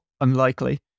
unlikely